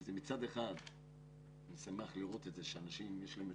מצד אחד זה משמח לראות שלאנשים יש את